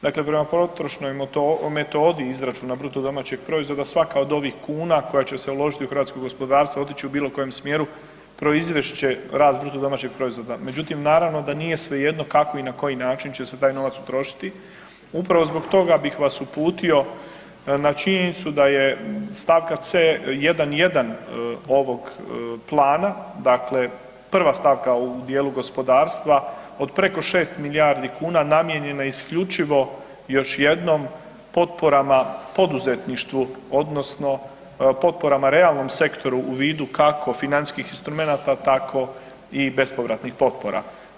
Dakle, prema potrošnoj metodi izračuna BDP-a, svaka od ovih kuna koja će se uložiti u hrvatsko gospodarstvo i otići u bilokojem smjeru, proizvest će rast BDP-a međutim naravno da nije svejedno kako i na koji način će se taj novac utrošiti, upravo zbog toga bih vas uputio na činjenicu da je stavka C 1.1. ovog plana, dakle prva stavka u djelu gospodarstva od preko 6 milijardi kn namijenjene isključivo, još jednom potporama poduzetništvu odnosno potporama realnom sektoru u vidu kako financijskih instrumenata tako i bespovratnih potpora.